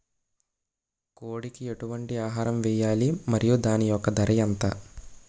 కోడి కి ఎటువంటి ఆహారం వేయాలి? మరియు దాని యెక్క ధర ఎంత?